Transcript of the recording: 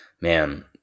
Man